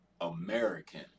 American